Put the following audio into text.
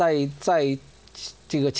they say to the